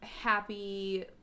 happy